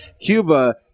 Cuba